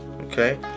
Okay